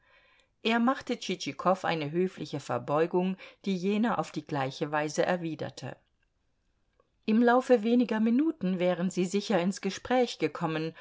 er machte tschitschikow eine höfliche verbeugung die jener auf die gleiche weise erwiderte im laufe weniger minuten wären sie sicher ins gespräch gekommen